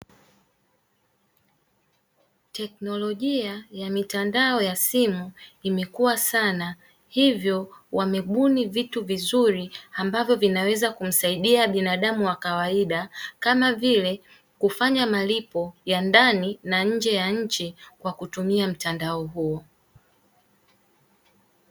Teknolojia ya mitandao ya simu imekua sana hivyo wamebuni vitu vizuri ambavyo vinaweza kumsaidia binadamu wa kawaida kama vile kufanya malipo ya ndani na nje ya nchi ya kwa kutumia mtandano huo.